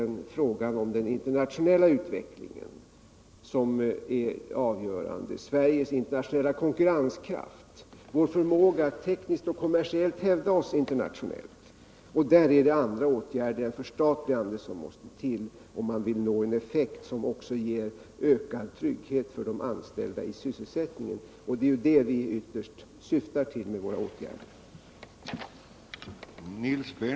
Här är det i stället den internationella utvecklingen som är avgörande, men det är också fråga om Sveriges internationella konkurrenskraft, om vår förmåga att tekniskt och kommersiellt hävda oss internationellt. För det krävs andra åtgärder än ett / förstatligande för att man skall nå en effekt som också innebär ökad trygghet när det gäller sysselsättningen för de anställda, och det är detta vi ytterst syftar till med våra åtgärder.